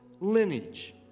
lineage